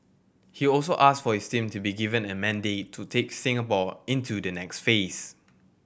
he also asked for his team to be given a mandate to take Singapore into the next phase